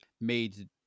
made